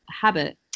habit